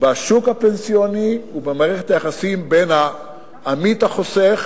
בשוק הפנסיוני ובמערכת היחסים בין העמית החוסך,